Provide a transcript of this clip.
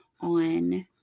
on